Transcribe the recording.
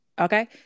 Okay